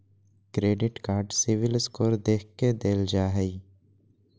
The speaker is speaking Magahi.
क्रेडिट कार्ड सिविल स्कोर देख के देल जा हइ